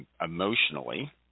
emotionally